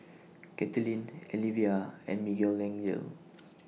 Kathlene Alivia and Miguelangel